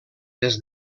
des